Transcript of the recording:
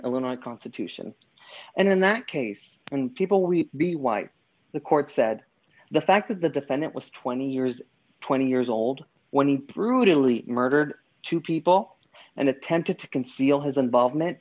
illinois constitution and in that case when people we be white the court said the fact that the defendant was twenty years twenty years old when he brutally murdered two people and attempted to conceal his involvement